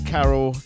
Carol